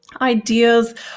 ideas